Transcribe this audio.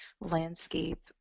landscape